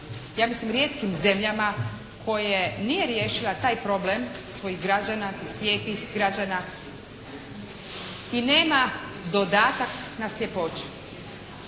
ja mislim rijetkim zemljama koje nije riješila taj problem svojih građana, slijepih građana i nema dodatak na sljepoću.